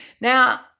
Now